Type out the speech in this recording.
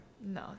No